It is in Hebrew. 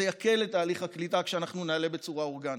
זה יקל את תהליך הקליטה כשאנחנו נעלה בצורה אורגנית.